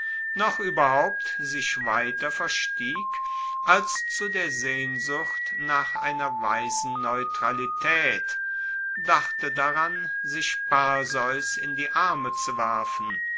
noch ueberhaupt sich weiter verstieg als zu der sehnsucht nach einer weisen neutralitaet dachte daran sich perseus in die arme zu werfen